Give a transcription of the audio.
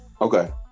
okay